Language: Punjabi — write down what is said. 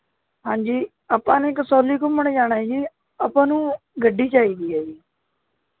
ਹਾਂਜੀ ਆਪਾਂ ਨੇ ਕਸੌਲੀ ਘੁੰਮਣ ਜਾਣਾ ਜੀ ਆਪਾਂ ਨੂੰ ਗੱਡੀ ਚਾਹੀਦੀ ਹੈ ਜੀ